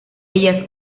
ellas